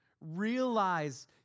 Realize